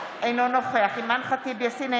אינו נוכח אימאן ח'טיב יאסין,